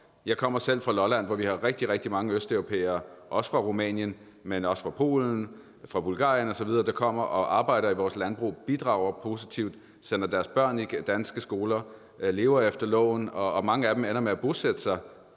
Jeg kommer selv fra Lolland, hvor vi har rigtig, rigtig mange østeuropæere, også fra Rumænien, men også fra Polen, fra Bulgarien osv., der kommer og arbejder i vores landbrug, bidrager positivt, sender deres børn i danske skoler, lever efter loven, og mange af dem ender med at bosætte sig.